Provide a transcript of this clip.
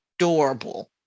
adorable